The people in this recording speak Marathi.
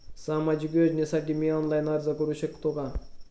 सामाजिक योजनेसाठी मी ऑनलाइन अर्ज करू शकतो का?